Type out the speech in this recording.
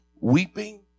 weeping